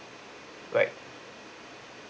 right